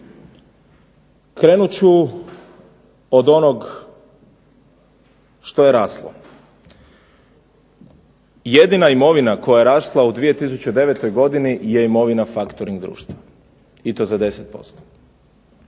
Krenut ću od onoga što je raslo. Jedina imovina koja je rasla u 2009. godini je imovina Factoring društva i to za 10%.